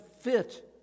fit